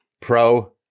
pro